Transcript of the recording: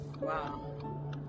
Wow